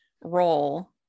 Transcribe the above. role